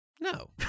No